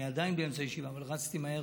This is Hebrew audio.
אני עדיין באמצע ישיבה, אבל רצתי מהר.